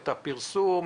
את הפרסום,